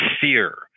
fear